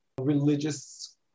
religious